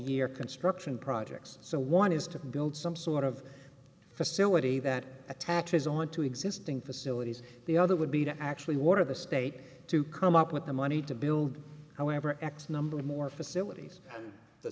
year construction projects so one is to build some sort of facility that attaches on to existing facilities the other would be to actually water the state to come up with the money to build however x number of more facilities the